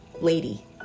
lady